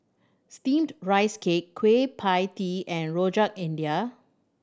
Steamed Rice Cake Kueh Pie Tee and Rojak India